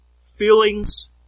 feelings